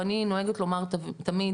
ואני נוהגת לומר תמיד